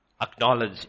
Acknowledge